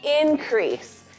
increase